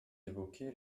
évoqué